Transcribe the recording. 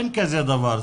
אין כזה דבר.